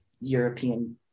european